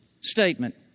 statement